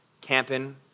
camping